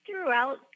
throughout